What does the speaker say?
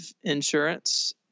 insurance